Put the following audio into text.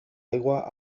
aigua